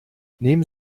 nehmen